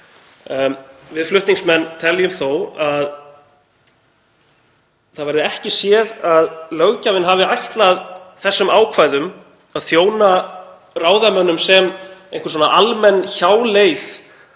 Við flutningsmenn teljum þó að það verði ekki séð að löggjafinn hafi ætlað þessum ákvæðum að þjóna ráðamönnum sem einhver almenn hjáleið